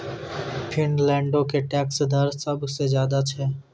फिनलैंडो के टैक्स दर सभ से ज्यादे छै